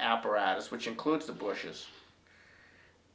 apparatus which includes the bushes